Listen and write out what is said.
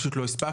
פשוט לא הספקנו,